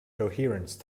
coherence